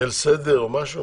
ליל סדר או משהו?